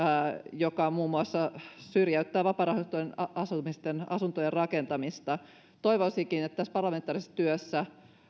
joka muun muassa syrjäyttää vapaarahoitettujen asuntojen rakentamista toivoisinkin että tässä parlamentaarisessa työssä